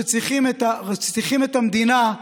כשצריכים את המדינה,